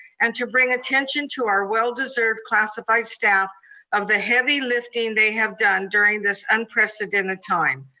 and to bring attention to our well-deserved classified staff of the heavy lifting they have done during this unprecedented time.